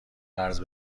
قرض